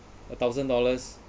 a thousand dollars